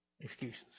excuses